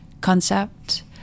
concept